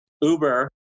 Uber